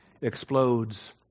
explodes